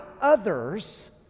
others